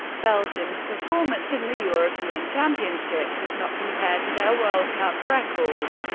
belgium's performance in the european championship does not compare to their world cup record.